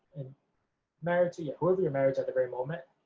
and married to, yeah, whoever you're married to at the very moment,